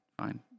fine